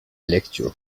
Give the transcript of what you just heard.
lecture